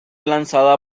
lanzada